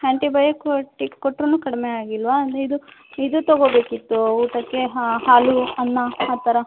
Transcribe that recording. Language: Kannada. ಆಂಟಿಬಯೊಕೋಟಿಕ್ ಕೊಟ್ಟರೂನೂ ಕಡಿಮೆಯಾಗಿಲ್ವಾ ಇದು ಇದು ತೊಗೊಬೇಕಿತ್ತು ಊಟಕ್ಕೆ ಹಾಲು ಅನ್ನ ಆ ಥರ